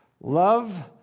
love